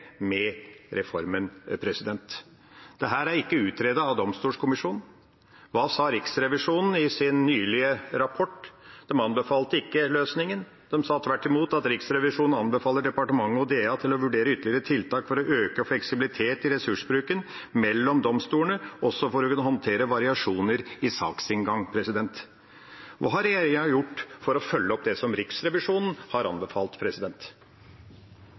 med reformen. Dette er ikke utredet av domstolkommisjonen. Hva sa Riksrevisjonen i sin nylige rapport? De anbefalte ikke løsningen, de sa tvert imot at Riksrevisjonen anbefalte departementet og domstolkommisjonen å vurdere ytterligere tiltak for å øke fleksibilitet i ressursbruken mellom domstolene, også for å kunne håndtere variasjoner i saksinngang. Hva har regjeringa gjort for å følge opp det som Riksrevisjonen har anbefalt?